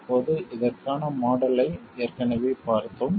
இப்போது இதற்கான மாடல் ஐ ஏற்கனவே பார்த்தோம்